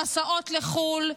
למסעות לחו"ל.